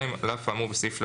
על אף האמור בסעיף 13ב,